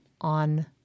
on